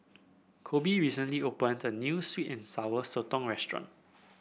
Koby recently opened a new sweet and Sour Sotong restaurant